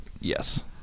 Yes